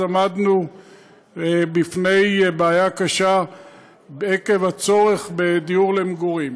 עמדנו בפני בעיה קשה עקב הצורך בדיור למגורים.